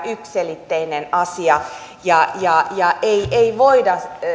yksiselitteinen asia ja ja ei ei voida